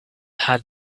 had